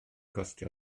costio